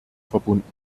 verbunden